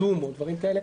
"זום" או דברים כאלה